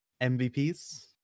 MVPs